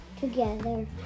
together